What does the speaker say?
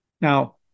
Now